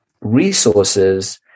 resources